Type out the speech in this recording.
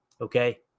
okay